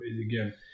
Again